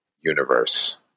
universe